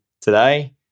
today